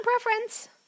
preference